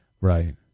right